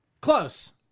Close